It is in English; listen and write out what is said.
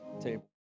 table